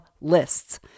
lists